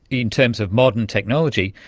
in terms of modern technology,